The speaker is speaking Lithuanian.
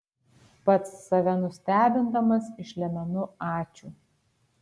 pats save nustebindamas išlemenu ačiū